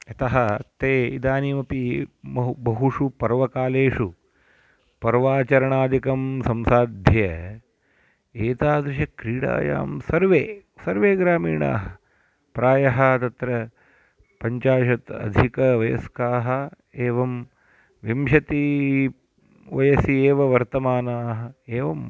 यतः ते इदानीमपि बहु बहुषु पर्वकालेषु पर्वाचरणादिकं संसाध्य एतादृशक्रीडायां सर्वे सर्वे ग्रामीणाः प्रायः तत्र पञ्चाशत् अधिकवयस्काः एवं विंशतिवयसि एव वर्तमानाः एवं